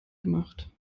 gemacht